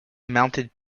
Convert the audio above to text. mounted